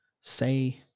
say